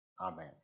amen